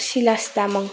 Silas Tamang